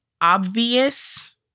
obvious